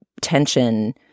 tension